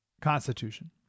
constitution